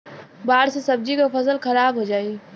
बाढ़ से सब्जी क फसल खराब हो जाई